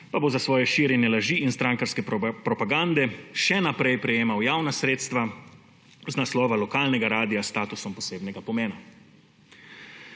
pa bo za svoje širjenje laži in strankarske propagande še naprej prejemal javna sredstva z naslova lokalnega radia s statusom posebnega pomena.